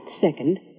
Second